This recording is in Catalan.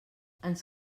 ens